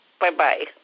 Bye-bye